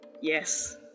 Yes